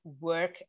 work